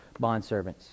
bondservants